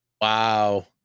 Wow